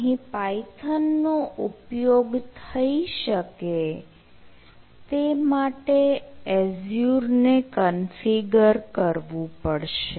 અહીં પાયથન નો ઉપયોગ થઇ શકે તે માટે એઝ્યુર ને કન્ફિગર કરવું પડશે